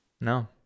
No